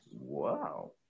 Wow